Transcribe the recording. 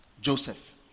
joseph